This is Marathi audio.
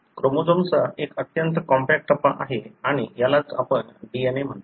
क्रोमोझोम्सचा हा एक अत्यंत कॉम्पॅक्ट टप्पा आहे आणि यालाच आपण DNA म्हणतो